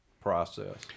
process